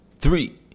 three